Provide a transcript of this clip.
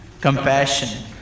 compassion